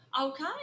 Okay